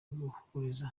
guhuriza